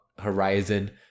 Horizon